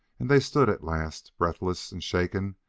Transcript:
and they stood at last, breathless and shaken,